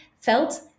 felt